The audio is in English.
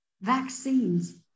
vaccines